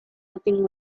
nothing